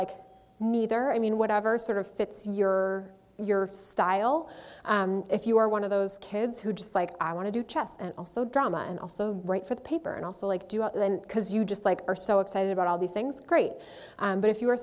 like neither i mean whatever sort of fits your your style if you are one of those kids who just like i want to do chest and also drama and also write for the paper and also like do it then because you just like are so excited about all these things great but if you're